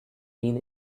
been